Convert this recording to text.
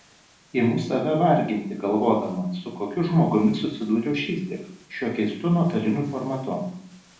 imu save varginti galvodama su kokiu žmogumi susidūriau šįsyk šiuo keistu nuotoliniu formatu